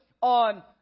on